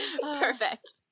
Perfect